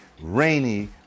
rainy